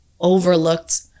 overlooked